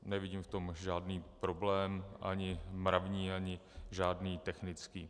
Nevidím v tom žádný problém ani mravní ani technický.